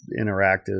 interactive